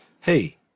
Hey